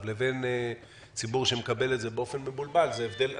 לבין ציבור שמקבל את זה באופן מבולבל זה הבדל עצום.